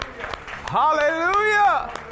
Hallelujah